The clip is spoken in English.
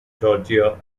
georgia